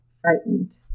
frightened